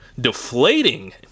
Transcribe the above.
deflating